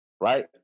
right